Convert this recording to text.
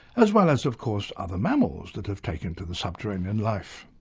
as well as of course other mammals that have taken to the subterranean life.